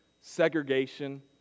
segregation